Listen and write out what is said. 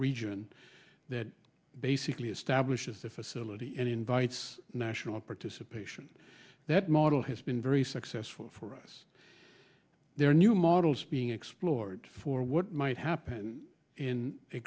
region that basically establishes the facility and invites national participation that model has been very successful for us there are new models being explored for what might happen in a